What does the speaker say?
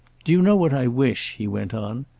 do you know what i wish? he went on.